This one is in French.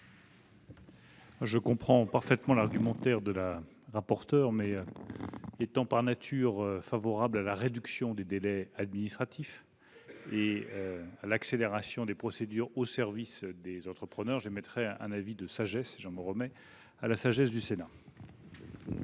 Je comprends parfaitement l'argumentaire de Mme la rapporteur, mais étant par nature favorable à la réduction des délais administratifs et à l'accélération des procédures au service des entrepreneurs, je m'en remets à la sagesse du Sénat.